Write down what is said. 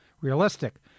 realistic